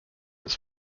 its